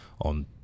on